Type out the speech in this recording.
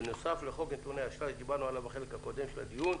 ובנוסף לחוק נתוני אשראי שדיברנו עליו בחלק הקודם של הדיון,